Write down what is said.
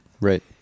Right